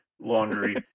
laundry